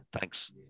Thanks